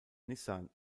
nissan